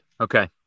Okay